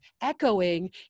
echoing